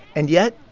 and yet,